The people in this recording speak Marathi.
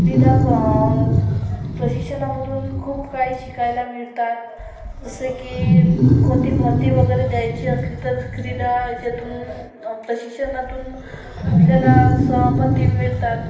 क्रीडा प्रशिक्षणामधून खूप काही शिकायला मिळतात जसं की कोणती भरती वगैरे द्यायची असली तर क्रीडा याच्यातून प्रशिक्षणातून आपल्याला सहमती मिळतात